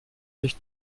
sich